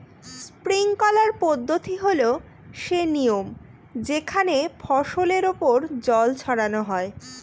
sprinkler পদ্ধতি হল সে নিয়ম যেখানে ফসলের ওপর জল ছড়ানো হয়